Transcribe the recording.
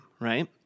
right